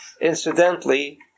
incidentally